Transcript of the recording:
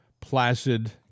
placid